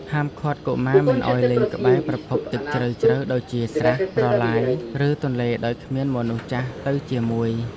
ហាមឃាត់កុមារមិនឱ្យលេងក្បែរប្រភពទឹកជ្រៅៗដូចជាស្រះ ប្រឡាយ ឬទន្លេដោយគ្មានមនុស្សចាស់ទៅជាមួយ។